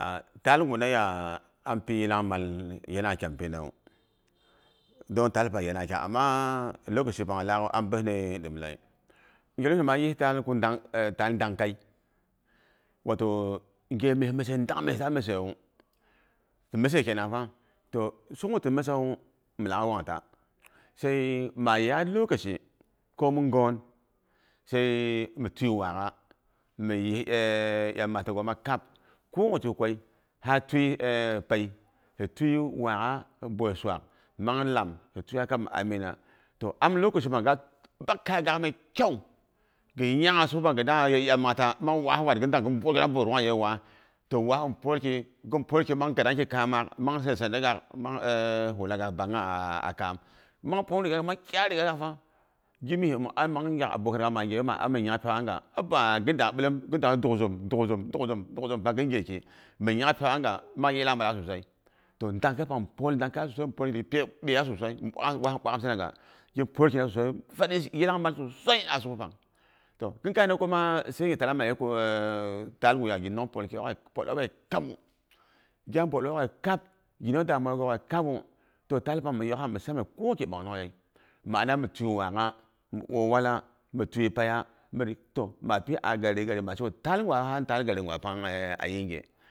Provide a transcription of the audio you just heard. Taal guna ya, ampi yilangmal, yanangha kyaa pinawu. Don taal pang yanangha kyam, ama lokashpang laghu am bə nde diplei, ghena ta mayis nghe taal ko ndang kei, wato ngyeme mise ndaang myes ta misewu, timəse kenang fadoh sukghu timəsawu, milak wangta. sai maa yaat lokashi, ko mi ngon sai mi tyi waakgha, mi yi iyamata goma kab ko gwaki kukwai ha twi pei, hi twi waagha, ha boy swaak man ham hi twiya kab mi amina. Toh amni lokashi pang ga bak kaya gaak mai kyau. Ghi nyangha sukpang ghi dangha ye iyamata mang waa wat, gin dang gin bughir gina bugurungha ye waa. Waa in pwolki, giri pwolki mang gadangki kamaak, mang kei sanda gaak, mang e wulaghak bangha a kam, mang pungnung riga mang kyarak rigagaakfa gimye min ana mang gyak pyokgha nga. bi em, gin dangha duguzum, dugu zum, duguzum, pang gin gyeki. Min nyang pyok'gha nga, mang yilangmadaak sosai toh ndangkei pang, mi pwol dangkeiya mi pwol ɓyeiya sosai, mi bwak waa mi bwak amsinaga, gin pwolkina sosai farinci- yilangmal sosai a sukpang. Toh khinkaina kuma sai, nghe taalna ma yi ku e taal guya ginong pwol auwe kabu, gya bwol auwok'ghe kab, gi nong damuwa ghooghe kabu, toh taal pang mi yokha misaman, ko gwaki ɓongongyei mi ana mi twi waagha, mi ɓwo wala mi twi peiya